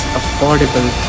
affordable